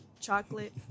Chocolate